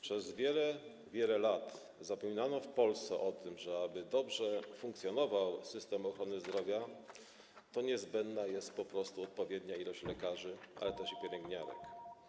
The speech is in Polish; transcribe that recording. Przez wiele, wiele lat zapominano w Polsce o tym, że aby dobrze funkcjonował system ochrony zdrowia, niezbędna jest odpowiednia liczba lekarzy, ale też i pielęgniarek.